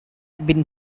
been